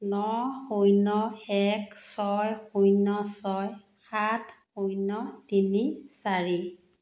ন শূন্য এক ছয় শূন্য ছয় সাত শূন্য তিনি চাৰি